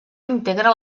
integra